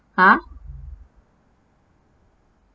!huh!